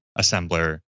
assembler